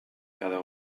cada